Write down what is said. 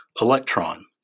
Electron